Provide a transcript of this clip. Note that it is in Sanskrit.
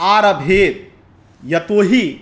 आरभे यतो हि